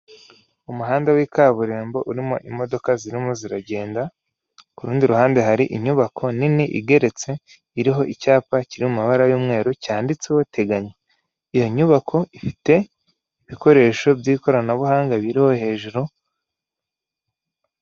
Umuhanda w'i kaburimbo urimo imodoka zirimo ziragenda kurundi ruhande hari inyubako nini igeretse iriho icyapa kiri mu mabara y'umweru cyanditseho teganya ,iyo nyubako ifite ibikoresho by'ikoranabuhanga biriho hejuru.